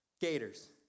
gators